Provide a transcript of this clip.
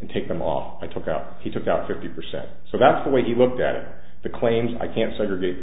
and take them off i took out he took out fifty percent so that's the way he looked at it the claims i can't segregate